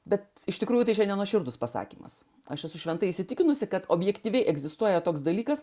bet iš tikrųjų tai šiandien nuoširdus pasakymas aš esu šventai įsitikinusi kad objektyviai egzistuoja toks dalykas